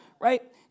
right